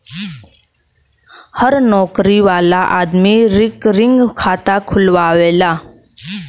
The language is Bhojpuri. हर नउकरी वाला आदमी रिकरींग खाता खुलवावला